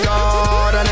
God